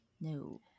no